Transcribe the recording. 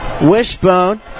Wishbone